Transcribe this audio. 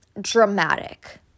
dramatic